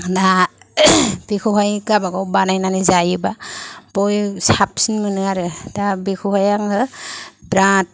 दा बेखौहाय गावबागाव बानायनानै जायोबा साबसिन मोनो आरो दा बेखौहाय आङो बिराद